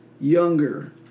younger